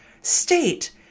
state